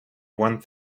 one